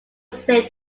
save